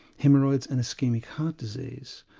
hemorrhoids, and so ischaemic heart disease.